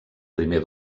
primer